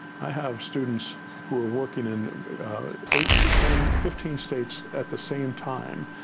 i have students who are working in eight, ten, fifteen states at the same time,